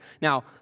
Now